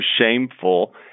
shameful